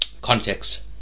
Context